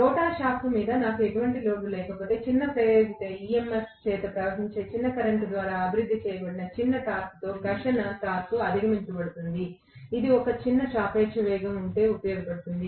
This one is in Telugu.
రోటర్ షాఫ్ట్ మీద నాకు ఎటువంటి లోడ్ లేకపోతే చిన్న ప్రేరిత EMF చేత ప్రవహించే చిన్న కరెంట్ ద్వారా అభివృద్ధి చేయబడిన చిన్న టార్క్ తో ఘర్షణ టార్క్ అధిగమించబడుతుంది ఇది ఒక చిన్న సాపేక్ష వేగం ఉంటే ఉపయోగపడుతుంది